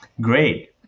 Great